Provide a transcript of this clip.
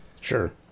Sure